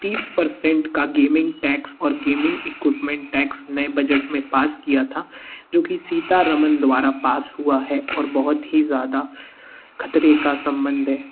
तीस परसेंट का gaming tax और गेमिंग इक्विपमेंट टैक्स नए बजट में पास किया था जो कि सीतारमण द्वारा पास हुआ है और बहुत ही ज़्यादा ख़तरे का संबंध है